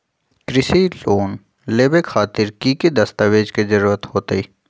कृषि लोन लेबे खातिर की की दस्तावेज के जरूरत होतई?